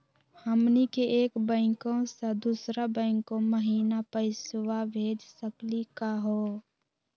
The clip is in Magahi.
हमनी के एक बैंको स दुसरो बैंको महिना पैसवा भेज सकली का हो?